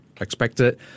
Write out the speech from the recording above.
expected